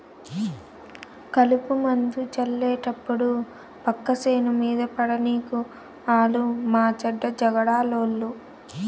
కలుపుమందు జళ్లేటప్పుడు పక్క సేను మీద పడనీకు ఆలు మాచెడ్డ జగడాలోళ్ళు